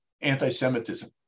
anti-semitism